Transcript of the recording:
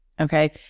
Okay